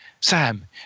Sam